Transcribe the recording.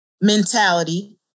mentality